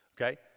okay